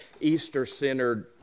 Easter-centered